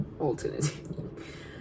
alternative